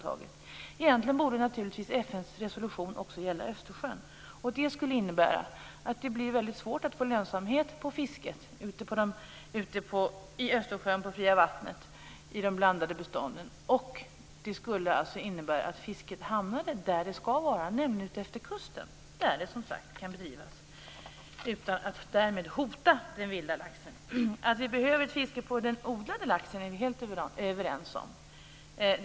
Egentligen borde FN-resolutionen också gälla Östersjön. Det skulle innebära att det blir väldigt svårt att få lönsamhet på fisket ute i Östersjön på det fria vattnet på blandade bestånd. Det skulle alltså innebära att fisket hamnade där det skall vara, nämligen ut efter kusten där det kan bedrivas utan att hota den vilda laxen. Att vi behöver ett fiske på den odlade laxen är vi helt överens om.